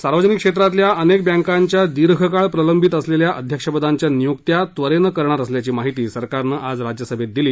सार्वजनिक क्षेत्रातल्या अनेक बँकांच्या दीर्घकाळ प्रलंबित असलेल्या अध्यक्षपदांच्या नियुक्त्या त्वरेनं करणार असल्याची माहिती सरकारनं आज राज्यसभेत दिली